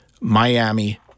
Miami